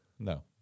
No